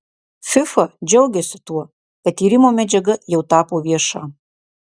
fifa džiaugiasi tuo kad tyrimo medžiaga jau tapo vieša